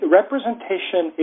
representation